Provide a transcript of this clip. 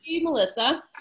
Melissa